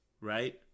right